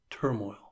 turmoil